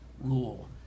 rule